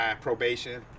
probation